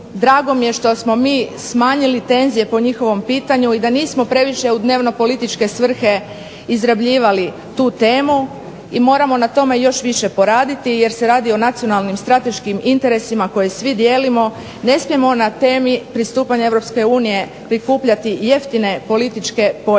drago mi je što smo mi smanjili tenzije po njihovom pitanju i da nismo previše u dnevno-političke svrhe izrabljivali tu temu. I moramo na tome još više poraditi jer se radi o nacionalnim strateškim interesima koje svi dijelimo, ne smijemo na temi pristupanja EU prikupljati jeftine političke poene